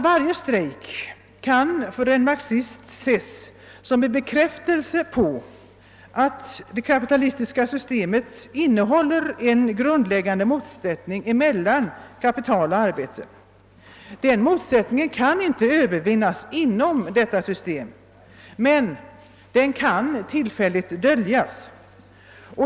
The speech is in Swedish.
Varje strejk kan för en marxist te sig som en bekräftelse på att det kapitalistiska systemet innehåller en grundläggande motsättning mellan kapital och arbete. Den motsättningen kan inte övervinnas inom detta system, men den kan tillfälligt döljas.